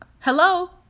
Hello